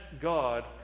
God